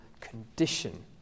condition